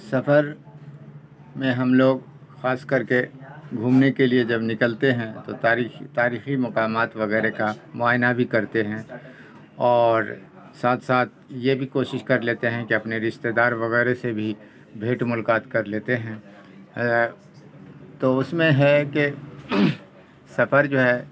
سفر میں ہم لوگ خاص کر کے گھومنے کے لیے جب نکلتے ہیں تو تاریخی تاریخی مقامات وغیرہ کا معائنہ بھی کرتے ہیں اور ساتھ ساتھ یہ بھی کوشش کر لیتے ہیں کہ اپنے رستے دار وغیرہ سے بھی بھیٹ ملاقات کر لیتے ہیں تو اس میں ہے کہ سفر جو ہے